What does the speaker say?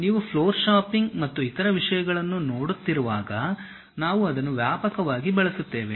ನೀವು floor shopping ಮತ್ತು ಇತರ ವಿಷಯಗಳನ್ನು ನೋಡುತ್ತಿರುವಾಗ ನಾವು ಅದನ್ನು ವ್ಯಾಪಕವಾಗಿ ಬಳಸುತ್ತೇವೆ